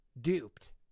duped